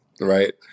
right